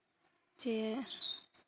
ᱪᱮ